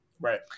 Right